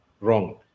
wrong